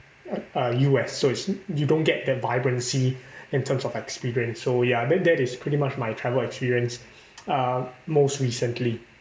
uh uh U_S so it's you don't get that vibrancy in terms of experience so ya then that is pretty much my travel experience uh most recently